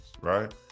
right